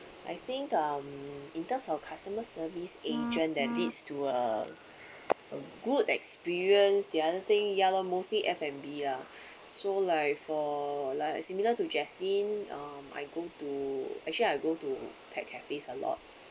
I think um in terms of customer service agent that leads to a a good experience the other thing ya lor mostly F and B lah so like for like similar to jaslyn um I go to actually I go to pet cafes a lot